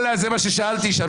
זה מה ששאלתי שם.